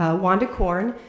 ah wanda corn.